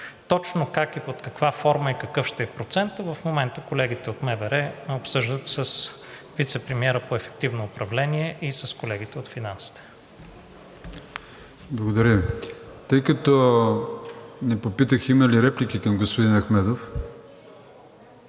Точно как и под каква форма, и какъв ще е процентът, в момента колегите от МВР обсъждат с вицепремиера по ефективно управление и с колегите от финансите. ПРЕДСЕДАТЕЛ АТАНАС АТАНАСОВ: Благодаря Ви. Тъй като не попитах има ли реплики към господин Ахмедов?